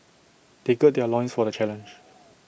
they gird their loins for the challenge